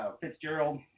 Fitzgerald